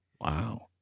Wow